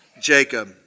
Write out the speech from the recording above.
Jacob